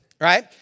right